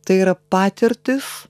tai yra patirtys